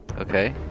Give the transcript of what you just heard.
Okay